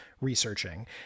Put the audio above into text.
researching